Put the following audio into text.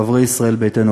חברי ישראל ביתנו,